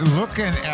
looking